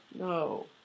No